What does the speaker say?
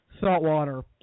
Saltwater